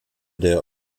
der